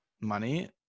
money